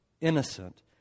innocent